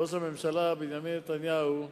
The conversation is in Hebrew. ראש הממשלה בנימין נתניהו,